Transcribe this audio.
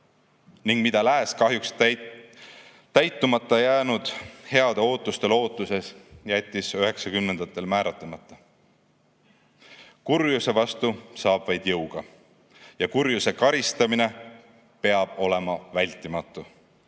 ning mille Lääs kahjuks täitumata jäänud heade ootuste lootuses jättis üheksakümnendatel määratlemata. Kurjuse vastu saab vaid jõuga ja kurjuse karistamine peab olema vältimatu.